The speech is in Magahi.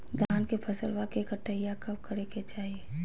धान के फसलवा के कटाईया कब करे के चाही?